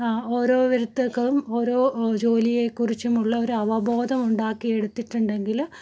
ഓരോരുത്തർക്കും ഓരോ ജോലിയെക്കുറിച്ചുമുള്ള ഒരു അവബോധം ഉണ്ടാക്കി എടുത്തിട്ടുണ്ടെങ്കിൽ